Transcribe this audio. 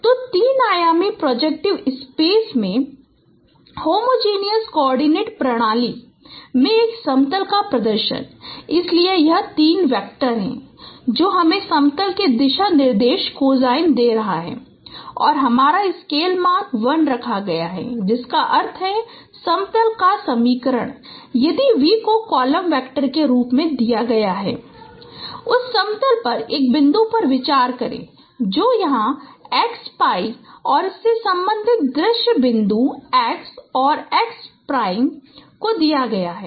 तो तीन आयामी प्रोजेक्टिव स्पेस के एक होमोजीनिअस कोआर्डिनेट प्रणाली में एक समतल का प्रदर्शन इसलिए यह 3 वेक्टर है जो हमें समतल के दिशा निर्देश कोजाइन दे रहा है और हमारा स्केल मान 1 रखा गया है जिसका अर्थ है समतल का समीकरण यदि v को कॉलम वेक्टर के रूप में दिया गया है v v1 v2 v3 𝑣1𝑥 𝑣2𝑦 𝑣3𝑧 1 0 उस समतल पर एक बिंदु पर विचार करें जो यहाँ x pi और इसके संबंधित दृश्य बिंदु x और x प्राइम को दिया गया है